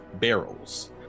barrels